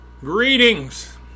Greetings